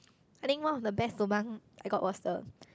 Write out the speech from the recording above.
I think one of the best lobang I got was the